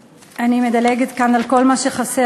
אני מדלגת כאן על כל מה שחסר,